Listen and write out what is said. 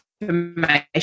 information